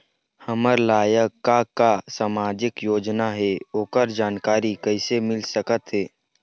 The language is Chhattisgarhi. हमर लायक का का सामाजिक योजना हे, ओकर जानकारी कइसे मील सकत हे?